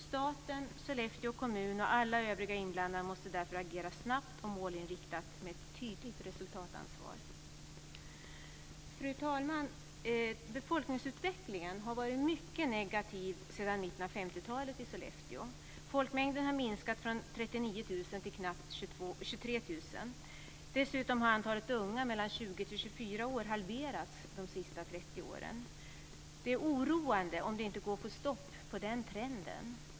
Staten, Sollefteå kommun och alla övriga inblandade måste därför agera snabbt och målinriktad med ett tydligt resultatansvar. Fru talman! Befolkningsutvecklingen har varit mycket negativ sedan mitten av 50-talet i Sollefteå. 23 000 invånare. Dessutom har antalet unga mellan 20 och 24 år halverats under de senaste 30 åren. Det är oroande om det inte går att få stopp på den trenden.